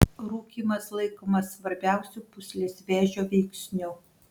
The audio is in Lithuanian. rūkymas laikomas svarbiausiu pūslės vėžio veiksniu